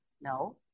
no